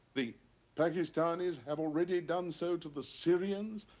the pakistanis have already done so to the syrians?